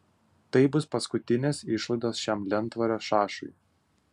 tai bus paskutinės išlaidos šiam lentvario šašui